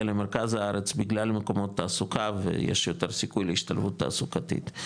למרכז הארץ בגלל מקומות תעסוקה ויש יותר סיכוי להשתלבות תעסוקתית,